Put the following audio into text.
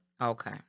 Okay